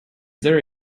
there